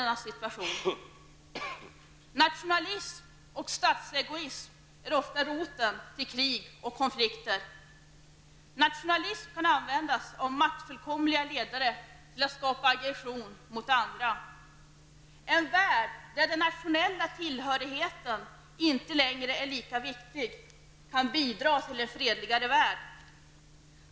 Nationalism och statsegoism är ofta roten till krig och konflikter. Nationalism kan användas av maktfullkomliga ledare till att skapa aggression mot andra. En värld där den nationella tillhörigheten inte längre är lika viktig kan bidra till en fredligare väld.